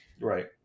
Right